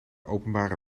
openbare